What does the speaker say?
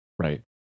Right